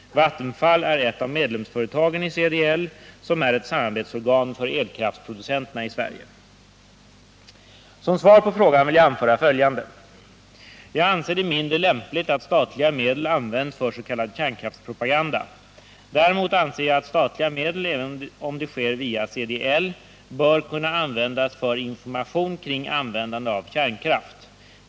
Vattenfall är ett av medlemsföre tagen i CDL som är ett samarbetsorgan för elkraftproducenterna i Sverige. Som svar på frågan vill jag anföra följande. Jag anser det mindre lämpligt att statliga medel används för s.k. kärnkraftspropaganda. Däremot anser jag att statliga medel, även om det sker via CDL, bör kunna användas för information kring användandet av kärnkraft.